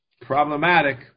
problematic